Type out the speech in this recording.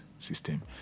System